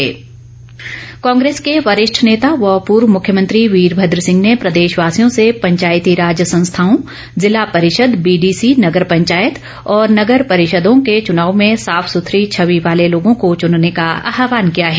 वीरमद्र कांग्रेस के वरिष्ठ नेता व पूर्व मुख्यमंत्री वीरमद्र सिंह ने प्रदेशवासियों से पंचायती राज संस्थाओं जिला परिषद बीडीसी नगर पंचायत और नगर परिषदों के चुनाव में साफ सुथरी छवी वाले लोगों को चुनने का आहवान किया है